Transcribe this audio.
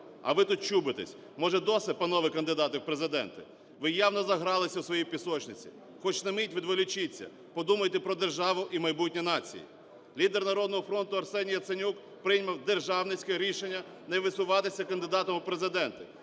а ви тут чубитесь. Може, досить, панове кандидати в Президенти? Ви явно загралися у своїй пісочниці, хоч на мить відволічіться, подумайте про державу і майбутнє нації. Лідер "Народного фронту" Арсеній Яценюк прийняв державницьке рішення: не висуватися кандидатом у Президенти,